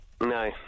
No